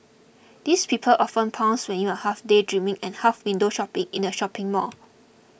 these people often pounce when you're half daydreaming and half window shopping in a shopping mall